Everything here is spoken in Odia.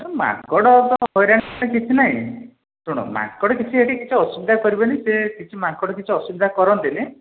ଏ ମାଙ୍କଡ଼ ହଇରାଣ କରିବା କିଛି ନାହିଁ ଶୁଣ ମାଙ୍କଡ଼ ସେଠି କିଛି ଅସୁବିଧା କରିବେନି ସେ କିଛି ମାଙ୍କଡ଼ କିଛି ଅସୁବିଧା କରନ୍ତିନି